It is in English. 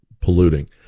polluting